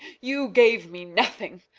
you gave me nothing.